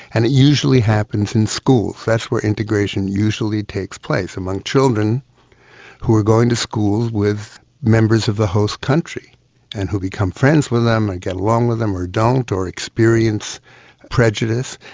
and it usually happens in schools, that's where integration usually takes place, among children who are going to school with members of the host country and who become friends with them and get along with them or don't or experienced prejudice.